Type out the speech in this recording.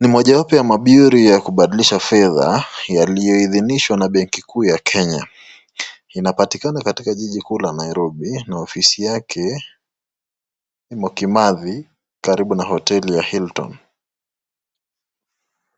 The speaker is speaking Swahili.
ni mojawapo ya burea ya kubadilisha fedha yaliyoidhinishwa na benki kuu ya Kenya. Inapatikana katika jiji kuu la Nairobi na ofisi yake imo Kimathi karibu na hoteli ya Hilton.